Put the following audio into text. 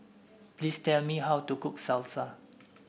please tell me how to cook Salsa